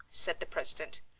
said the president.